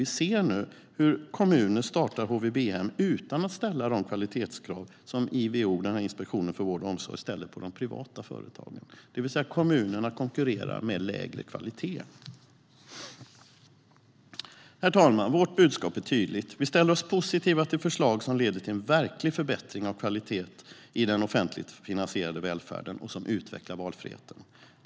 Vi ser nu hur kommuner startar HVB-hem utan att ställa de kvalitetskrav som Ivo, Inspektionen för vård och omsorg, ställer på de privata företagen. Det vill säga kommunerna konkurrerar med lägre kvalitet. Herr talman! Vårt budskap är tydligt: Vi ställer oss positiva till förslag som leder till en verklig förbättring av kvalitet i den offentligt finansierade välfärden och som utvecklar valfriheten.